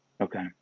Okay